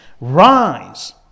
rise